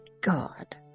God